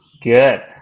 Good